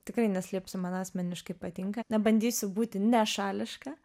tikrai neslėpsiu man asmeniškai patinka nebandysiu būti nešališka